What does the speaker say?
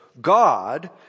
God